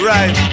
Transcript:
Right